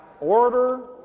order